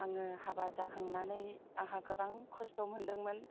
आङो हाबा जाखांनानै आंहा गोबां खस्थ' मोन्दोंमोन